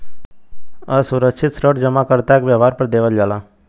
असुरक्षित ऋण जमाकर्ता के व्यवहार पे देवल जाला